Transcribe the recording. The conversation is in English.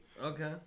Okay